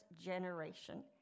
generation